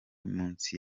munsi